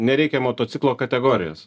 nereikia motociklo kategorijos